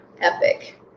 epic